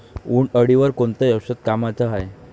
उंटअळीवर कोनचं औषध कामाचं हाये?